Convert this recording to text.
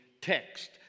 text